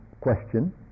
question